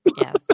Yes